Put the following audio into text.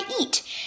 eat